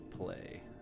play